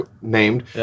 named